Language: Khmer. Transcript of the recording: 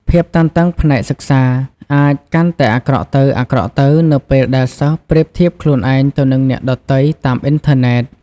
ភាពតានតឹងផ្នែកសិក្សាអាចកាន់តែអាក្រក់ទៅៗ នៅពេលដែលសិស្សប្រៀបធៀបខ្លួនឯងទៅនឹងអ្នកដទៃតាមអ៊ីនធឺណិត។